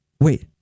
Wait